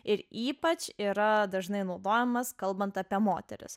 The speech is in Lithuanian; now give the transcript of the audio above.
ir ypač yra dažnai naudojamas kalbant apie moteris